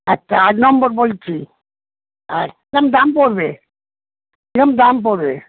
আচ্ছা আট নম্বর বলেছি আর কীরকম দাম পড়বে কীরকম দাম পড়বে